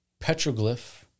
petroglyph